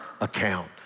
account